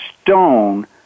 stone